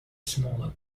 smaller